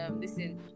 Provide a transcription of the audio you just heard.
listen